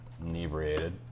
inebriated